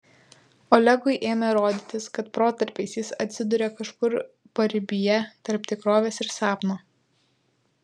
olegui ėmė rodytis kad protarpiais jis atsiduria kažkur paribyje tarp tikrovės ir sapno